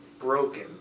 broken